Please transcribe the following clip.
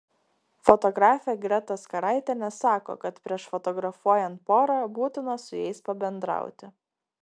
fotografė greta skaraitienė sako kad prieš fotografuojant porą būtina su jais pabendrauti